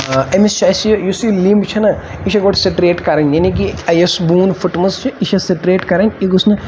أمِس چھِ اَسہِ یُس یہِ لِمب چھنہ یہِ چھِ گۄڈٕ سٹریٹ کَرٕنۍ یعنے کہِ یُس بون پھٕٹمٕژ چھِ یہِ چھِ سٹریٹ کَرٕنۍ یہِ گوٚژھ نہٕ